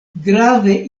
grave